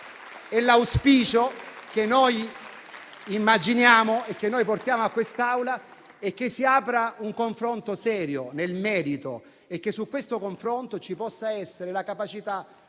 immaginiamo e che portiamo a quest'Assemblea è che si apra un confronto serio, nel merito, e che su questo confronto ci possa essere la capacità